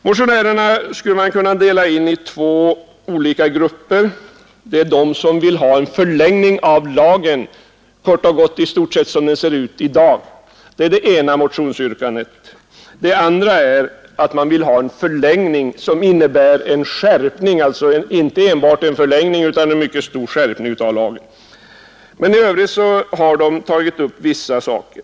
Motionärerna skulle man kunna dela in i två olika grupper. Den ena består av dem som vill ha en förlängning av lagen i stort sett som den ser ut i dag. Den andra utgörs av dem som vill ha en förlängning som innebär en skärpning — alltså inte enbart en förlängning utan en mycket stor skärpning — av lagen. I övrigt har motionärerna tagit upp ett par saker.